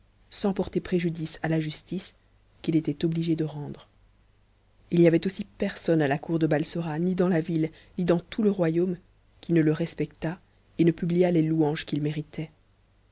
sans pt judi c a ta justice qu'it était ohu e de rendre il n'y avait aussi j rs mtnt à a cour de ha sora ni dans la ville ni dans tout le royaume ne respectât et ne pumiat les louanges qu'il méritait